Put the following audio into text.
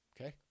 Okay